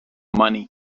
money